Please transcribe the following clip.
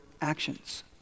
actions